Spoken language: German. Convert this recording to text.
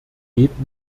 geht